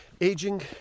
Aging